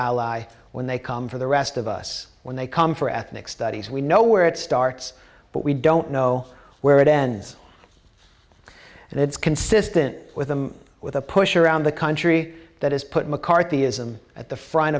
ally when they come for the rest of us when they come for ethnic studies we know where it starts but we don't know where it ends and it's consistent with them with a push around the country that has put mccarthyism at the front